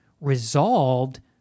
resolved